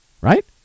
right